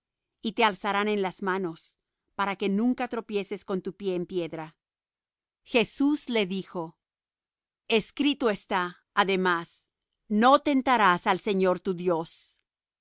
y te alzarán en las manos para que nunca tropieces con tu pie en piedra jesús le dijo escrito está además no tentarás al señor tu dios